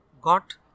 got